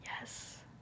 Yes